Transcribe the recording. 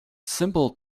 simple